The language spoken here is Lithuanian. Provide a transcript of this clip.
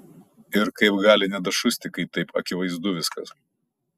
ir kaip gali nedašusti kai taip akivaizdu viskas